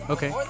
Okay